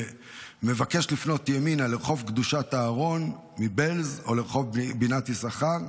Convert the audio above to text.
ומבקש לפנות ימינה לרחוב קדושת אהרון מבעלז או לרחוב בינת יששכר,